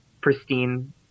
pristine